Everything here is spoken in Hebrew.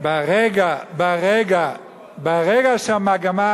ברגע שהמגמה,